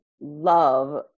love